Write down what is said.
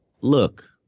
look